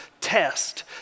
test